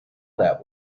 that